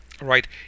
right